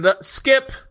Skip